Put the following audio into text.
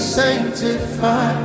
sanctify